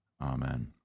Amen